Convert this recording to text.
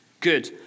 Good